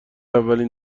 اولین